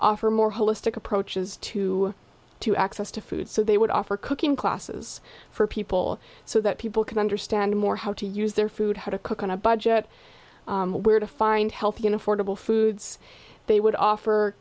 offer a more holistic approach is to to access to food so they would offer cooking classes for people so that people can understand more how to use their food how to cook on a budget where to find healthy and affordable foods they would offer